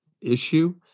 issue